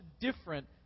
different